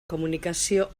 comunicació